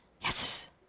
Yes